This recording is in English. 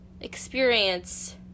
experience